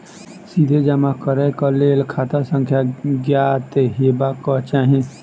सीधे जमा करैक लेल खाता संख्या ज्ञात हेबाक चाही